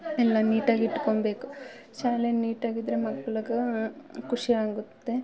ಎಲ್ಲ ನೀಟಾಗಿಟ್ಕೊಬೇಕು ಶಾಲೆ ನೀಟಾಗಿದ್ರೆ ಮಕ್ಳುಗೆ ಖುಷಿ ಆಗುತ್ತೆ